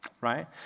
Right